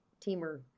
teamer